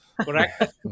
correct